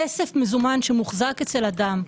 כסף מזומן שמוחזק אצל אדם,